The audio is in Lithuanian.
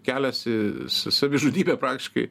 kelias į savižudybę praktiškai